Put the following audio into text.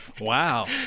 Wow